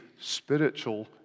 spiritual